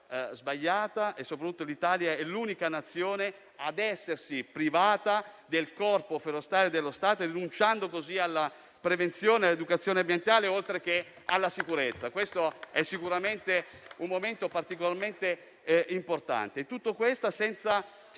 sbagliata; soprattutto, l'Italia è l'unica Nazione ad essersi privata del corpo forestale dello Stato, rinunciando così alla prevenzione e all'educazione ambientale, oltre che alla sicurezza. Questo è sicuramente un momento particolarmente importante. Tutto ciò senza